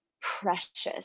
precious